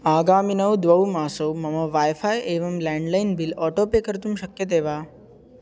आगामिनौ द्वौ मासौ मम वैफ़ै एवं लेण्ड्लैन् बिल् आटो पे कर्तुं शक्यते वा